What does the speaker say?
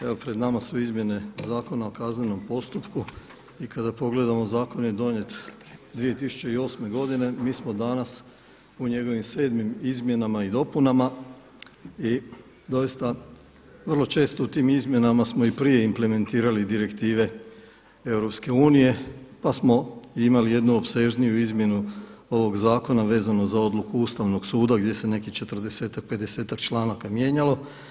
Evo pred nama su izmjene Zakona o kaznenom postupku i kada pogledamo zakon je donijet 2008., mi smo danas u njegovim sedmim izmjenama i dopunama i doista vrlo često u tim izmjenama smo i prije implementirali direktive EU pa smo imali jednu opsežniju izmjenu ovog zakona vezano za odluku Ustavnog suda gdje se nekih 40-ak, 50-ak članaka mijenjalo.